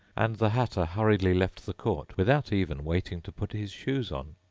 and the hatter hurriedly left the court, without even waiting to put his shoes on.